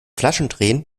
flaschendrehen